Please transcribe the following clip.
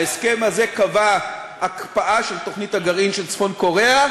ההסכם הזה קבע הקפאה של תוכנית הגרעין של צפון-קוריאה,